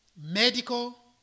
medical